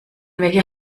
welcher